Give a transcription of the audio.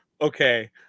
Okay